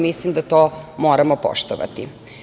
Mislim da to moramo poštovati.